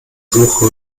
suche